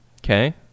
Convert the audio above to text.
Okay